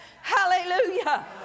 Hallelujah